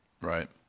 Right